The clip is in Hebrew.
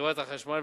לחברת החשמל,